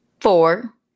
Four